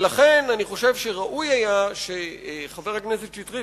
ולכן אני חושב שראוי היה שחבר הכנסת שטרית,